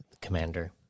commander